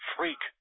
Freak